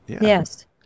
Yes